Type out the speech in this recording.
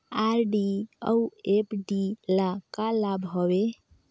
RD अऊ FD ल का लाभ हवे?